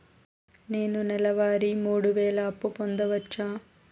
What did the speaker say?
నేను నెల వారి మూడు వేలు అప్పు పొందవచ్చా?